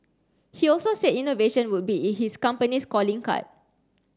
he also said innovation would be in his company's calling card